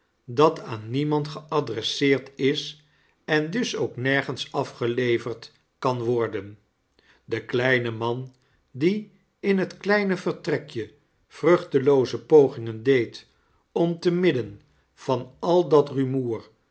dat aan niemand geadresseerd is en dus ook nergens afgeleverd kan wordfen jje kleine man die in het kleine vertrekje vruchtelooze pogingen deed om te midden van al dat rumoer